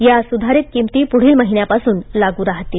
या सुधारित किमती पुढील महिन्यापासून लागू राहतील